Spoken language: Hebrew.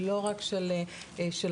ולא רק של שפ"י,